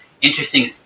interesting